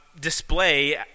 display